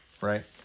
right